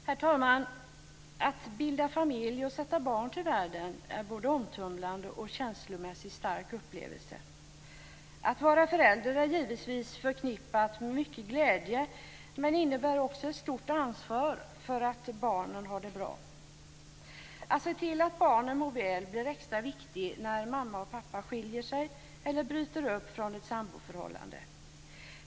Herr talman! Att bilda familj och sätta barn till världen är både en omtumlande och känslomässigt stark upplevelse. Att vara förälder är givetvis förknippat med mycket glädje, men det innebär också ett stort ansvar för att barnen har det bra. Att se till att barnen mår väl blir extra viktigt när mamma och pappa skiljer sig eller bryter upp från ett samboförhållande.